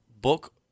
book